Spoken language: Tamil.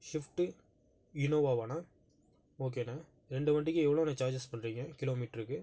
ஷிஃப்ட்டு இனோவாவாண்ணா ஓகேண்ணா ரெண்டு வண்டிக்கு எவ்வளோண்ணா சார்ஜஸ் பண்ணுறீங்க கிலோமீட்டருக்கு